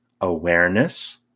awareness